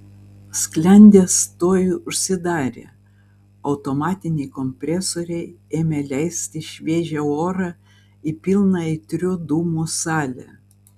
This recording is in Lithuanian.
sklendės tuoj užsidarė automatiniai kompresoriai ėmė leisti šviežią orą į pilną aitrių dūmų salę